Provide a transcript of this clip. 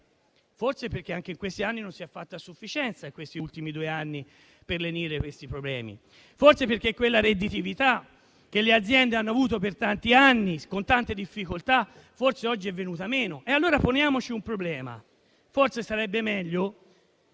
forse anche perché in questi ultimi due anni non si è fatto a sufficienza per lenirli e forse perché quella redditività che le aziende hanno avuto per tanti anni con tante difficoltà oggi è venuta meno. Allora poniamoci un problema: forse sarebbe meglio